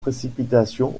précipitations